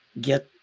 get